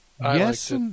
yes